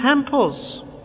temples